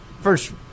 first